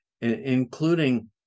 including